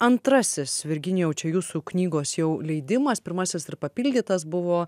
antrasis virginijau čia jūsų knygos jau leidimas pirmasis dar papildytas buvo